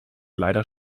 leider